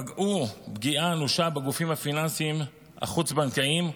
פגעו פגיעה אנושה בגופים הפיננסיים החוץ-בנקאיים,